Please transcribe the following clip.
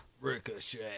Ricochet